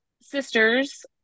sisters